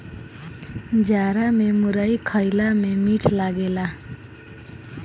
जाड़ा में मुरई खईला में मीठ लागेला